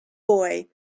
boy